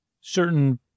certain